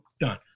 Done